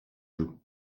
joues